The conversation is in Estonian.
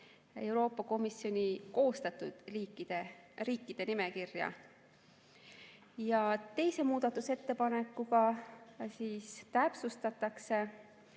"Euroopa Komisjoni koostatud riikide nimekirja". Teise muudatusettepanekuga täpsustatakse,